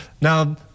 now